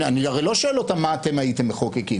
אני הרי לא שואל אותם מה אתם הייתם מחוקקים,